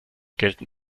gelten